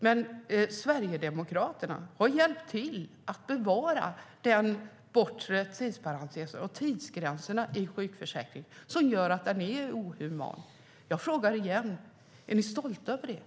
Men Sverigedemokraterna har hjälpt till att bevara den bortre parentesen och tidsgränsen i sjukförsäkringen som gör att den är inhuman. Jag frågar igen: Är ni stolta över det?